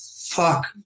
fuck